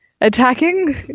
attacking